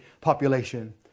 population